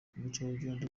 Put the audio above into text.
ubukerarugendo